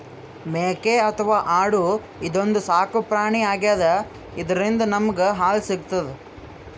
ಮೇಕೆ ಅಥವಾ ಆಡು ಇದೊಂದ್ ಸಾಕುಪ್ರಾಣಿ ಆಗ್ಯಾದ ಇದ್ರಿಂದ್ ನಮ್ಗ್ ಹಾಲ್ ಸಿಗ್ತದ್